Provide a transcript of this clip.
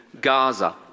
Gaza